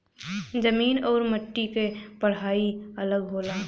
जमीन आउर मट्टी क पढ़ाई अलग होला